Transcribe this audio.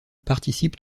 participent